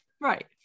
Right